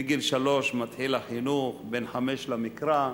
מגיל שלוש מתחיל החינוך, בן חמש למקרא.